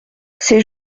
ses